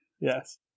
Yes